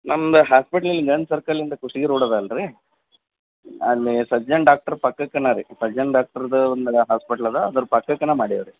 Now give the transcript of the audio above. ನಂದು ಹಾಸ್ಪಿಟ್ಲ್ ಇಲ್ಲಿ ಜೈನ್ ಸರ್ಕಲಿಂದ ಕುಷ್ಟಗಿ ರೋಡ್ ಅದ ಅಲ್ಲ ರಿ ಅಲ್ಲಿ ಸಜ್ಜನ್ ಡಾಕ್ಟ್ರ್ ಪಕ್ಕಕ್ಕೇನ ರೀ ಸಜ್ಜನ್ ಡಾಕ್ಟ್ರದು ಒಂದು ಹಾಸ್ಪೆಟ್ಲ್ ಅದ ಅದ್ರ ಪಕ್ಕಕ್ಕೇನ ಮಾಡೀವಿ ರೀ